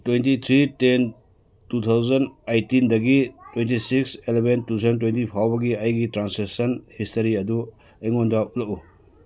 twenty three ten two thousand ꯑꯥꯏꯇꯤꯟꯗꯒꯤ twenty six eleven two thousand twenty ꯐꯥꯎꯕꯒꯤ ꯑꯩꯒꯤ transaction history ꯑꯗꯨ ꯑꯩꯉꯣꯟꯗ ꯎꯠꯂꯛꯎ